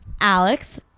Alex